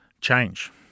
change